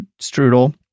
strudel